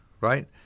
right